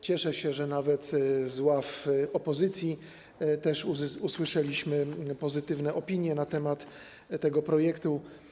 Cieszę się, że nawet z ław opozycji usłyszeliśmy pozytywne opinie na temat tego projektu.